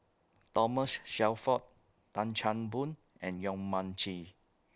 Thomas Shelford Tan Chan Boon and Yong Mun Chee